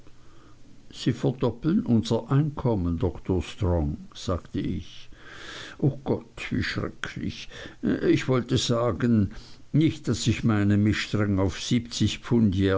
sie verdoppeln unser einkommen dr strong sagte ich o gott wie schrecklich ich wollte sagen nicht daß ich meine mich streng auf siebzig pfund